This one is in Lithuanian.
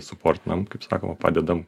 suportinam kaip sakoma padedam